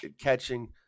catching